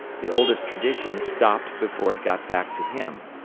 the oldest tradition stopped before it got back to him.